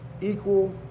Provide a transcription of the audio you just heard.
equal